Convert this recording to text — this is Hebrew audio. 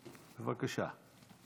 בבקשה.